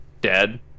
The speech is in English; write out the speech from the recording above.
dead